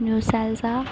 న్యూసెల్జా